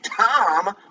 tom